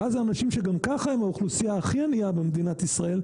ואז האנשים שגם ככה הם האוכלוסייה הכי ענייה במדינת ישראל,